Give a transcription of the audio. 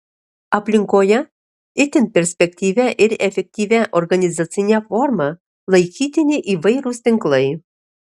aplinkoje itin perspektyvia ir efektyvia organizacine forma laikytini įvairūs tinklai